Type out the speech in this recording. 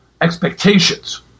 expectations